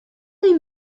they